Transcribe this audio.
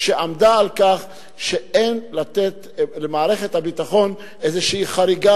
שעמדה על כך שאין לתת למערכת הביטחון איזו חריגה